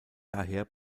daher